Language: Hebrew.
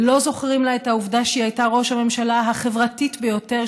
ולא זוכרים לה את העובדה שהיא הייתה ראש הממשלה החברתית ביותר